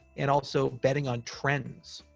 and also betting on trends.